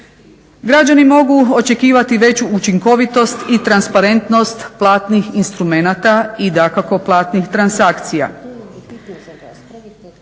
Građani mogu očekivati veću učinkovitost i transparentnost platnih instrumenata i dakako platnih transakcija.